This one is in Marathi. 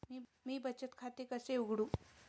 मी बचत खाते कसे उघडू?